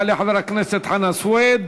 יעלה חבר הכנסת חנא סוייד,